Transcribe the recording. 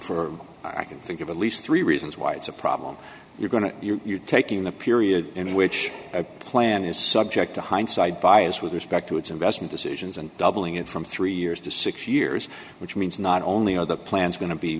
for i can think of at least three reasons why it's a problem you're going to you're taking the period in which a plan is subject to hindsight bias with respect to its investment decisions and doubling it from three years to six years which means not only are the plans going to be